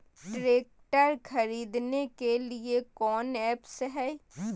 Tractor खरीदने के लिए कौन ऐप्स हाय?